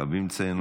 חייבים לציין אותו.